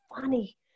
funny